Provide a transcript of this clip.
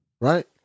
Right